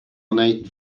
ornate